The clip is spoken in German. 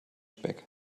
speck